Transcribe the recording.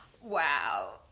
Wow